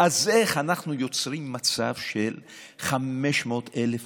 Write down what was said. אז איך אנחנו יוצרים מצב של 500,000 מובטלים?